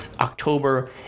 October